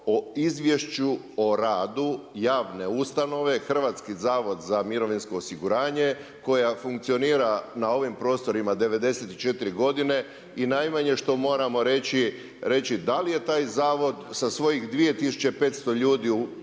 o izvješću o radu javne ustanove Hrvatski za mirovinsko osiguranje, koja funkcionira na ovim prostorima 94 godine i najmanje što moramo reći, da li je taj zavod sa svojih 2500 ljudi